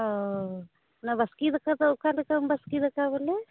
ᱚᱻ ᱚᱱᱟ ᱵᱟᱥᱠᱮ ᱫᱟᱠᱟ ᱫᱚ ᱚᱠᱟ ᱞᱮᱠᱟᱢ ᱵᱟᱥᱠᱮ ᱫᱟᱠᱟ ᱵᱚᱞᱮ